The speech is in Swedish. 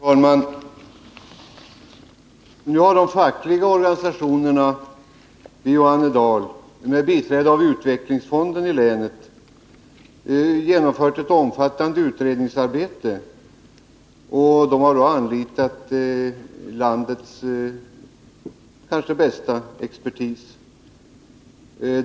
Herr talman! De fackliga organisationerna vid Johannedals fabrik har med biträde av utvecklingsfonden i länet genomfört ett omfattande utredningsarbete. De har anlitat landets kanske främsta expertis.